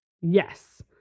Yes